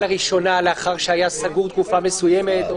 לראשונה לאחר שהיה סגור תקופה מסוימת?